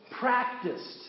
practiced